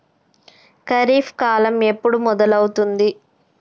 ఖరీఫ్ కాలం ఎప్పుడు మొదలవుతుంది?